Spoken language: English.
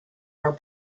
are